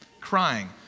crying